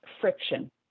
friction